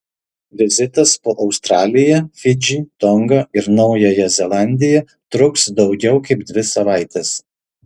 vizitas po australiją fidžį tongą ir naująją zelandiją truks daugiau kaip dvi savaites